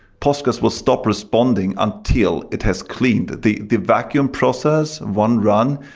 postgres will stop responding until it has cleaned. the the vacuum process, one run,